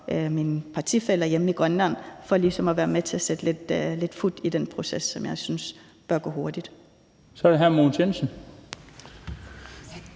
mine partifæller hjemme i Grønland, for ligesom at være med til at sætte lidt fut i den proces, som jeg synes bør gå hurtigt. Kl. 20:26 Den fg.